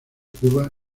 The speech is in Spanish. cuba